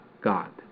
God